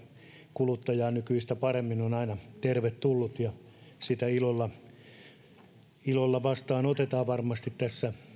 kuluttajaa nykyistä paremmin on aina tervetullut ja se ilolla vastaanotetaan varmasti tässä